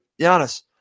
Giannis